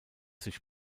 sich